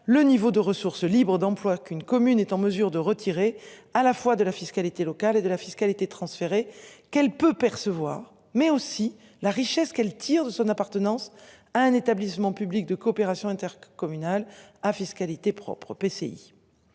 Le niveau de ressources Libre d'emploi qu'une commune est en mesure de retirer à la fois de la fiscalité locale et de la fiscalité transférée qu'peut percevoir mais aussi la richesse qu'elle tire de son appartenance à un établissement public de coopération intercommunale à fiscalité propre PCI.